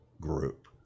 group